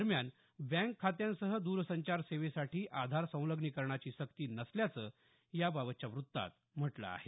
दरम्यान बँक खात्यांसह दरसंचार सेवेसाठी आधार संलग्निकरणाची सक्ती नसल्याचं याबाबतच्या वृत्तात म्हटलं आहे